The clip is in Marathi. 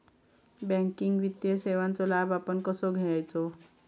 बँकिंग वित्तीय सेवाचो लाभ आपण कसो घेयाचो?